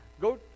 go